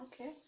Okay